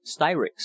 styrics